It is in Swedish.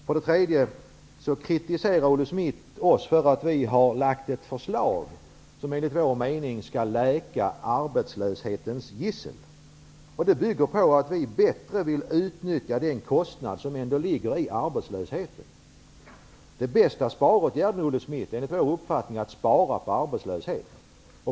För det tredje kritiserar Olle Schmidt oss socialdemokrater för att vi har lagt fram ett förslag som enligt vår mening skall ''läka'' arbetslöshetens gissel. Det bygger på att bättre utnyttja den kostnad som ligger i arbetslösheten. Enligt vår uppfattning är den bästa sparåtgärden att minska arbetslösheten.